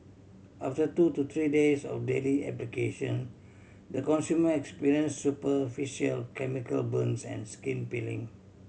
after two to three days of daily application the consumer experience superficial chemical burns and skin peeling